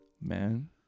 Man